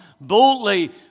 boldly